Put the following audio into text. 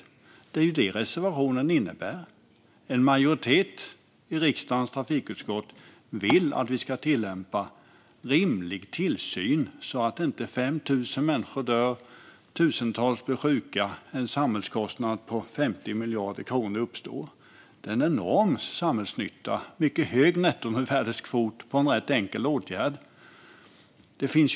Det är det som reservationen innebär. En majoritet i riksdagens trafikutskott vill att vi ska tillämpa rimlig tillsyn så att inte 5 000 människor dör, tusentals människor blir sjuka och en samhällskostnad på 50 miljarder kronor uppstår. Det är en enorm samhällsnytta. Det är en mycket hög nettomervärdeskvot med en rätt enkel åtgärd. Fru talman!